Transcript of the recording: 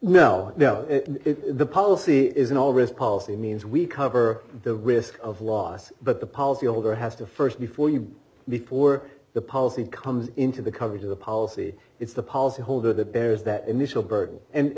in the policy is an all risk policy means we cover the risk of loss but the policy holder has to st before you before the policy comes into the coverage of the policy it's the policy holder the bears that initial burden and